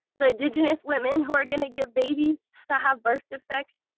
the indigenous women who are going to give babies that have birth defects,